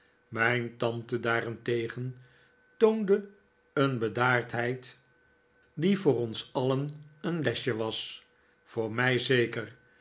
mijn tante daarentegen toonde een bedaardheid die voor ons alien een lesje was voor mij zeer zeker